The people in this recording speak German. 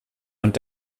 und